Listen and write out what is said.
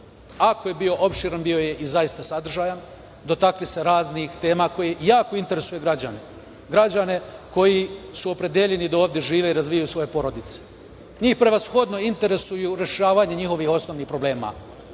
iako je bio opširan, bio zaista sadržajan, dotakli raznih tema koje jaku interesuju građane, građane koji su opredeljeni da ovde žive i razvijaju svoje porodice. Njih prevashodno interesuje rešavanje njihovih osnovnih problema